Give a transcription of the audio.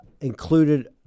included